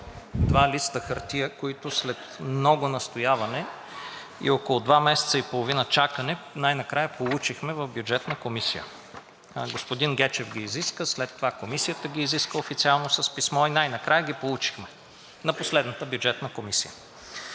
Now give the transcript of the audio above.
два листа хартия, които след много настояване и около два месеца и половина чакане най-накрая получихме в Бюджетната комисия. Господин Гечев ги изиска, след това Комисията ги изиска официално с писмо и най-накрая ги получихме на последната Бюджетна комисия.